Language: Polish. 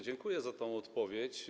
Dziękuję za tę odpowiedź.